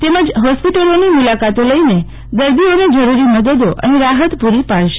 તેમજ હોસ્પિટલોની મુલાકાતો લઈને દર્દીઓન જરૂરી મદદો અને રાહત પૂરી પાડશે